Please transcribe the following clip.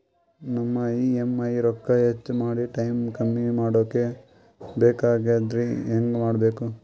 ನಮ್ಮ ಇ.ಎಂ.ಐ ರೊಕ್ಕ ಹೆಚ್ಚ ಮಾಡಿ ಟೈಮ್ ಕಮ್ಮಿ ಮಾಡಿಕೊ ಬೆಕಾಗ್ಯದ್ರಿ ಹೆಂಗ ಮಾಡಬೇಕು?